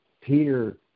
Peter